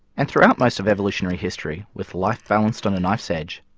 and throughout most of evolutionary history, with life balanced on a knife's edge,